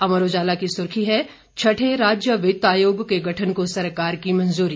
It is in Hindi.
अमर उजाला की सुर्खी है छठे राज्य वित्तायोग के गठन को सरकार की मंजूरी